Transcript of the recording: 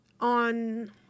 on